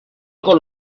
con